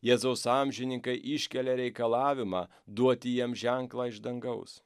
jėzaus amžininkai iškelia reikalavimą duoti jam ženklą iš dangaus